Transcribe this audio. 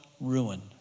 ruin